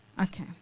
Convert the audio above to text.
Okay